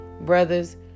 Brothers